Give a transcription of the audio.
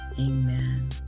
Amen